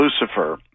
Lucifer